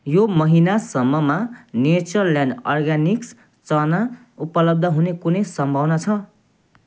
यो महिनासम्ममा Natureland Organics चना उपलब्ध हुने कुनै सम्भावना छ